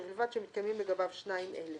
ובלבד שמתקיימים לגביו שניים אלה: